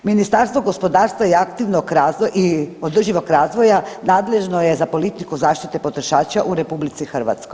Ministarstvo gospodarstva i aktivnog .../nerazumljivo/... i održivog razvoja, nadležno je za politiku zaštite potrošača u RH.